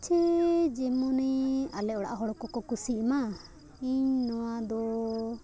ᱪᱮᱫ ᱡᱮᱢᱚᱱᱤᱧ ᱟᱞᱮ ᱚᱲᱟᱜ ᱦᱚᱲ ᱠᱚᱠᱚ ᱠᱩᱥᱤᱜᱼᱢᱟ ᱤᱧ ᱱᱚᱣᱟ ᱫᱚ